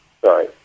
Sorry